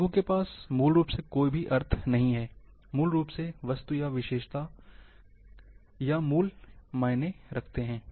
रंगों के पास मूल रूप से कोई भी अर्थ नहीं है मूल रूप से वस्तु या विशेषता का कूट या मूल्य मायने रखता है